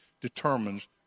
determines